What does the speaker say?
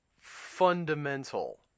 fundamental